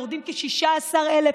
יורדים כ-16,000.